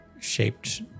shaped